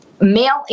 Male